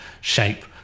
shape